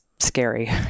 scary